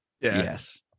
Yes